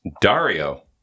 Dario